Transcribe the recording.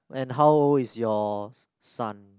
and how old is your son